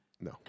No